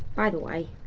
by the way,